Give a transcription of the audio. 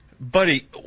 Buddy